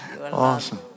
awesome